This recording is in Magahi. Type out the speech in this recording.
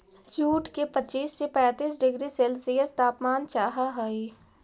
जूट के पच्चीस से पैंतीस डिग्री सेल्सियस तापमान चाहहई